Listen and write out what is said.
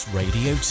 radio